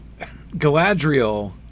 Galadriel